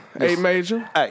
A-Major